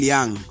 Young